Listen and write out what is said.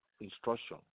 instruction